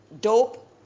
dope